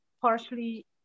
partially